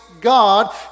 God